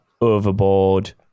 overboard